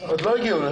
עוד לא הגיעה.